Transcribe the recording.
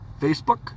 Facebook